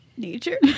nature